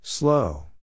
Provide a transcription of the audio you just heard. Slow